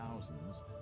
thousands